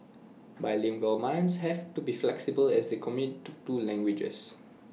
bilingual minds have to be flexible as they commit to two languages